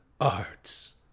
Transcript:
arts